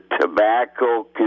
tobacco